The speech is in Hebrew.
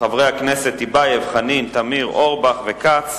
חברי הכנסת טיבייב, חנין, תמיר, אורבך וכץ,